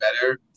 better